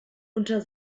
unter